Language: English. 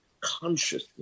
consciousness